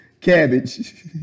Cabbage